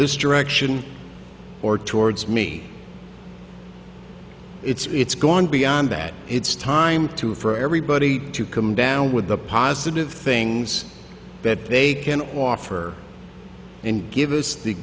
this direction or towards me it's gone beyond that it's time to for everybody to come down with the positive things that they can offer and give us the